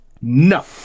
no